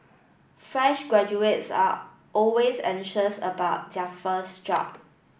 fresh graduates are always anxious about their first job